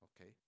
Okay